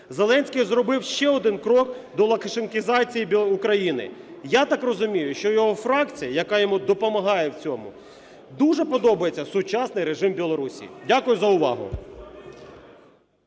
Зеленський зробив ще один крок до "лукашенкізації" України. Я так розумію, що його фракції, яка йому допомагає в цього, дуже подобається сучасний режим Білорусії. Дякую за увагу.